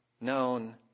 known